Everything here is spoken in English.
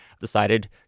decided